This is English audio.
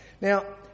Now